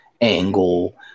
angle